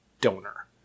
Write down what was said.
donor